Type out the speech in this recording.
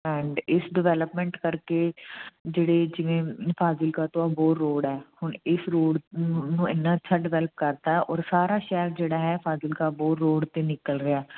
and ਇਸ development ਕਰਕੇ ਜਿਹੜੇ ਜਿਵੇਂ ਫਾਜ਼ਿਲਕਾ ਤੋਂ ਅਬੋਹਰ ਰੋਡ ਆ ਹੁਣ ਇਸ ਰੋਡ ਨੂੰ ਇੰਨਾ ਅੱਛਾ ਡਿਵੈਲਪ ਕਰਤਾ ਔਰ ਸਾਰਾ ਸ਼ਹਿਰ ਜਿਹੜਾ ਹੈ ਫਾਜਲਕਾ ਅਬੋਹਰ ਰੋਡ 'ਤੇ ਨਿਕਲ ਰਿਹਾ